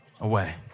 away